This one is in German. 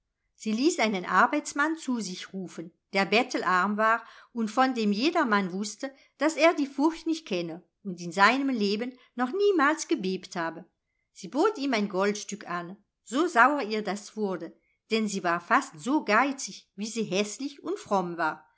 sie ließ einen arbeitsmann zu sich rufen der bettelarm war und von dem jedermann wußte daß er die furcht nicht kenne und in seinem leben noch niemals gebebt habe sie bot ihm ein goldstück an so sauer ihr das wurde denn sie war fast so geizig wie sie häßlich und fromm war